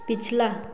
पिछला